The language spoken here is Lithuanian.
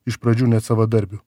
iš pradžių net savadarbių